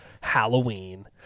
Halloween